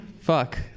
Fuck